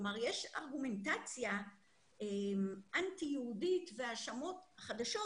כלומר, יש ארגומנטציה אנטי יהודית והאשמות חדשות